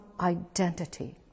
identity